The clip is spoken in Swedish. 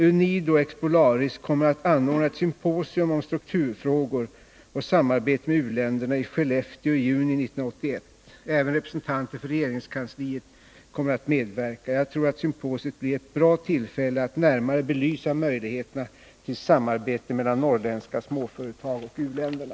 UNIDO och Expolaris kommer att anordna ett symposium om strukturfrågor och samarbete med u-länderna i Skellefteå i juni 1981. Även representanter för regeringskansliet kommer att medverka. Jag tror att symposiet blir ett bra tillfälle att närmare belysa möjligheterna till samarbete mellan norrländska småföretag och u-länderna.